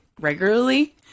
regularly